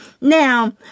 now